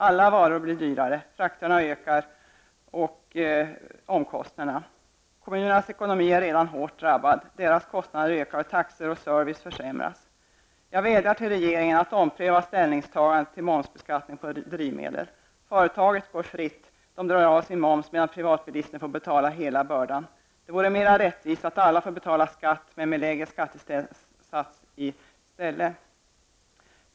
Alla varor blir dyrare, och alla frakter ökar i och med högre omkostnader. Kommunernas ekonomi är redan hårt drabbad. Deras kostnader ökar, och taxor och service försämras. Jag vädjar till regeringen att ompröva ställningstagandet om momsbeskattning på drivmedel. Företagen går fria, eftersom de får dra av momsen. Privatbilisten däremot får betala hela bördan. Det vore mer rättvist om alla fick betala skatt men med lägre skattesats.